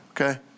Okay